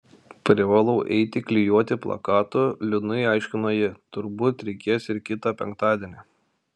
privalau eiti klijuoti plakatų liūdnai aiškino ji turbūt reikės ir kitą penktadienį